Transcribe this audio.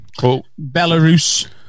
Belarus